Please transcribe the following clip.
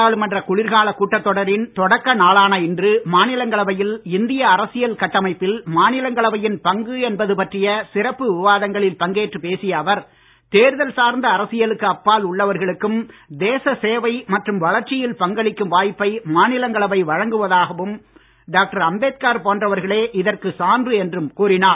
நாடாளுமன்ற குளிர்காலக் கூட்டத் தொடரின் தொடக்க நாளான இன்று மாநிலங்களவையில் இந்திய அரசியல் கட்டமைப்பில் மாநிலங்களவையின் பங்கு என்பது பற்றிய சிறப்பு விவாதங்களில் பங்கேற்று பேசிய அவர் தேர்தல் சார்ந்த அரசியலுக்கு அப்பால் உள்ளவர்களுக்கும் தேச சேவை மற்றும் வளர்ச்சியில் பங்களிக்கும் வாய்ப்பை மாநிலங்களவை வழங்குவதாகவும் டாக்டர் அம்பேத்கார் போன்றவர்களே இதற்கு சான்று என்றும் கூறினார்